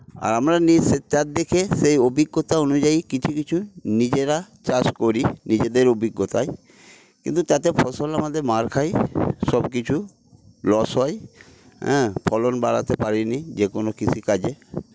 আর আমরা চারদিকে সেই অভিজ্ঞতা অনুযায়ী কিছু কিছু নিজেরা চাষ করি নিজেদের অভিজ্ঞতায় কিন্তু তাতে ফসল আমাদের মার খায় সবকিছু লস হয় হ্যাঁ ফলন বাড়াতে পারিনি যেকোনো কৃষিকাজে